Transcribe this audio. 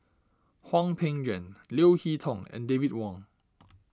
Hwang Peng Yuan Leo Hee Tong and David Wong